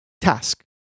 task